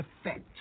effect